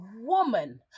woman